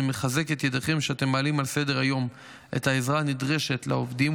אני מחזק את ידכם שאתם מעלים על סדר-היום את העזרה הנדרשת לעובדים,